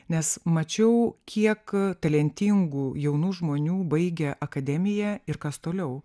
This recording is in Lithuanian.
nes mačiau kiek talentingų jaunų žmonių baigė akademiją ir kas toliau